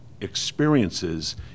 experiences